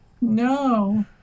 no